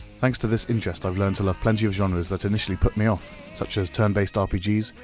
thanks to this interest, i've learned to love plenty of genres that initially put me off such as turn-based rpgs,